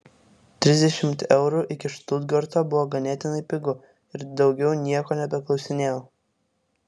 trisdešimt eurų iki štutgarto buvo ganėtinai pigu ir daugiau nieko nebeklausinėjau